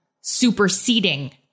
superseding